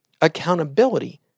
accountability